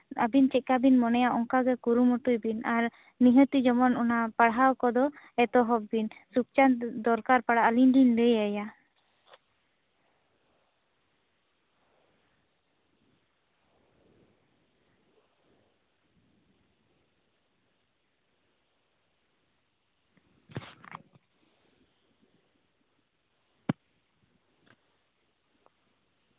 ᱟᱵᱤᱱ ᱪᱮᱫᱞᱮᱠᱟ ᱵᱤᱱ ᱢᱚᱱᱮᱭᱟ ᱚᱱᱠᱟ ᱜᱮ ᱠᱩᱨᱩᱢᱩᱴᱩᱭ ᱵᱤᱱ ᱟᱨ ᱱᱤᱦᱟᱹᱛ ᱜᱮ ᱟᱨ ᱚᱱᱟ ᱯᱟᱲᱦᱟᱣ ᱠᱚᱫᱚ ᱮᱛᱚᱦᱚᱵ ᱵᱤᱱ ᱥᱩᱠᱪᱟᱸᱫ ᱫᱚᱨᱠᱟᱨ ᱯᱟᱲᱟᱜᱼᱟ ᱟᱞᱤᱧ ᱞᱤᱧ ᱞᱟᱹᱭᱟᱭᱟ